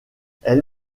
elle